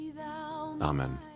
Amen